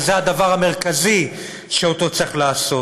וזה הדבר המרכזי שאותו צריך לעשות.